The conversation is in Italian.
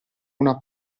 una